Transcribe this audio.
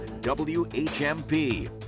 WHMP